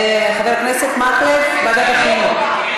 חבר הכנסת מקלב, לוועדת החינוך?